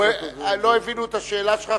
לא הבינו את השאלה שלך,